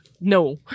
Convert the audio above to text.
No